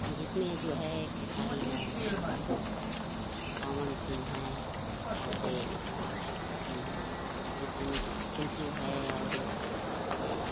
जिसमें जो है केसारी लाल हैं और ये पवन सिंह हैं और ये ये चिन चिंटू है और ये